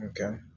Okay